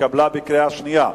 התקבלה בקריאה שנייה.